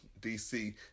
DC